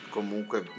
Comunque